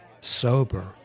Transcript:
sober